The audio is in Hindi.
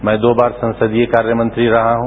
मैं दो बार संसदीय कार्य मंत्री रहा हूं